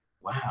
wow